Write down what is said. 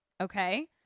okay